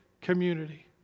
community